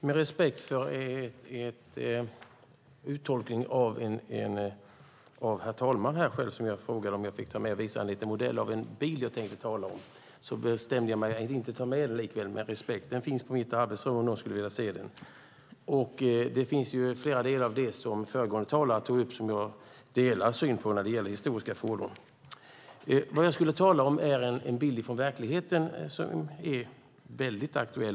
Herr talman! Jag frågade herr talman om jag fick ta med och visa en liten modell av en bil som jag tänkte tala om. Av respekt bestämde jag mig för att inte ta med den. Den finns på mitt arbetsrum om någon skulle vilja se den. Det finns flera delar av det som föregående talare tog upp som jag håller med om när det gäller historiska fordon. Vad jag skulle tala om är en bild från verkligheten som är aktuell.